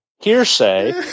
hearsay